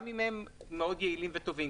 גם אם הם מאוד יעילים וטובים,